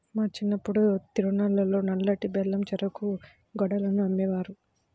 మా చిన్నప్పుడు తిరునాళ్ళల్లో నల్లటి బెల్లం చెరుకు గడలను అమ్మేవారు